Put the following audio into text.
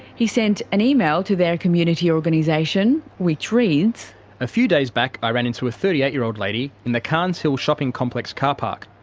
he sent an email to their community organisation which reads reading a few days back i ran into a thirty eight year old lady in the carnes hill shopping complex car park,